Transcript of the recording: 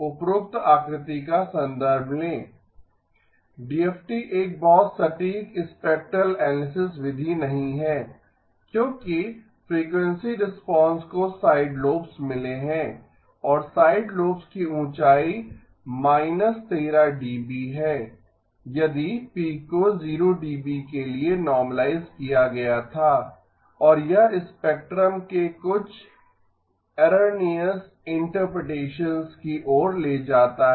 उपरोक्त आकृति का संदर्भ लें डीएफटी एक बहुत सटीक स्पेक्ट्रल एनालिसिस विधि नहीं है क्योंकि फ्रीक्वेंसी रिस्पांस को साइड लोब्स मिले हैं और साइड लोब्स की ऊंचाई 13 dB है यदि पीक को 0 dB के लिए नोर्मालाइज किया गया था और यह स्पेक्ट्रम के कुछ एररनीअस इंटरप्रिटेशन की ओर ले जाता है